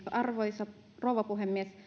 arvoisa rouva puhemies